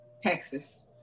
Texas